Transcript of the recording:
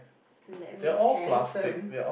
that means handsome